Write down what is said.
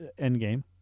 endgame